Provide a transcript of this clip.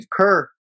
Kerr